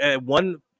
One